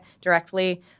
directly